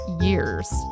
years